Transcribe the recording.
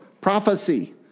Prophecy